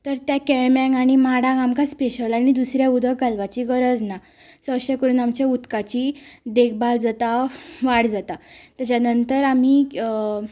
तर त्या केळम्यांक आनी माडांक आमकां स्पेशल आनी दुसरे उदक घालपाची गरज ना सो अशे करून आमच्या उदकाची देखबाल जाता वाड जाता तेच्या नंतर आमी